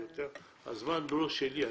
הזמן לא שלי.